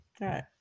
right